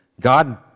God